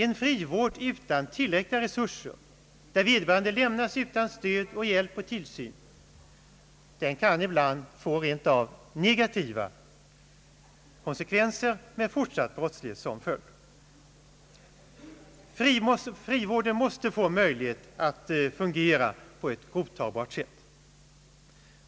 En frivård utan tillräckliga resurser, där vederbörande lämnas utan stöd, hjälp och tillsyn, kan ibland få rent av negativa konsekvenser med fortsatt brottslighet som följd. Frivården måste få möjlighet att fungera på ett godtagbart sätt.